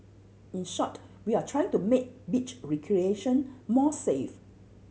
in short we are trying to make beach recreation more safe